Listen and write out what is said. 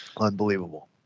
Unbelievable